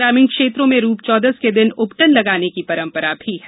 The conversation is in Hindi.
ग्रामीण क्षेत्रों में रूपचौदस के दिन उबटन लगाने की परंपरा भी है